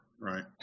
Right